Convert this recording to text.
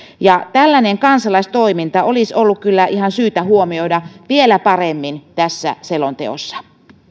tällainen kansalaistoiminta olisi ollut kyllä ihan syytä huomioida vielä paremmin tässä selonteossa